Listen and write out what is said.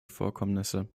vorkommnisse